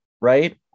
right